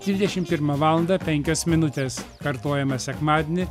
dvidešimt pirmą valandą penkios minutės kartojama sekmadienį